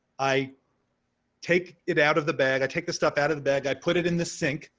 i take it out of the bag eye take the stuff out of the bag, i put it in the sink.